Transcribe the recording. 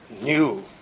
new